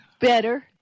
better